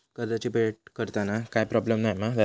कर्जाची फेड करताना काय प्रोब्लेम नाय मा जा?